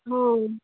हो